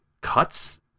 cuts